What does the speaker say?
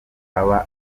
aba